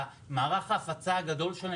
שאז הפוטנציאל שלך לעשות סבסוד צולב וכולי הוא גבוה,